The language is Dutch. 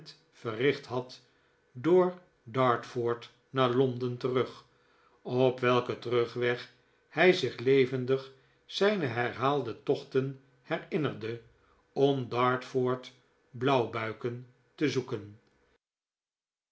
verricht had door dartford naar londen terug op welken terugweg hij zich levendig zijne herhaalde tochten herinnerde om dartford blauwbuiken te zoeken